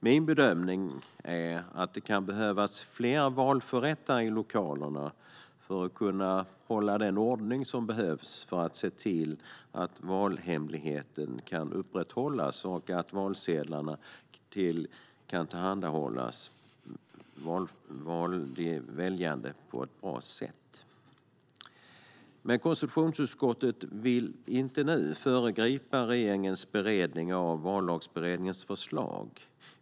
Min bedömning är att det kan behövas fler valförrättare i lokalerna för att kunna hålla den ordning som behövs för att se till att valhemligheten kan upprätthållas och att valsedlarna kan tillhandahållas de väljande på ett bra sätt. Konstitutionsutskottet vill inte föregripa regeringens beredning av Vallagsutredningens förslag.